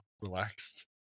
relaxed